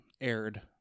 aired